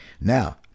Now